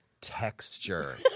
texture